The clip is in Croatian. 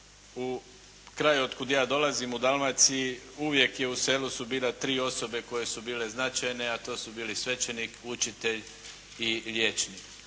u kraju od kud ja dolazim u Dalmaciji uvijek je u selu su bile 3 osobe koje su bile značajne a to su bili svećenik, učitelj i liječnik.